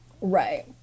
Right